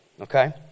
okay